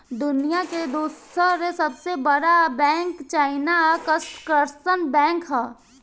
दुनिया के दूसर सबसे बड़का बैंक चाइना कंस्ट्रक्शन बैंक ह